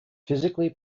physically